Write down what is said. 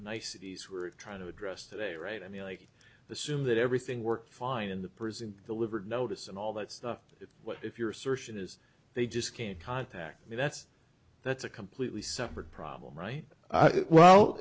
niceties we're trying to address today right i mean like the soon that everything worked fine in the prison delivered notice and all that stuff it was if your assertion is they just can't contact me that's that's a completely separate problem right well